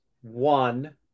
One